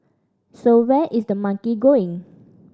so where is the money going